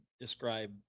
describe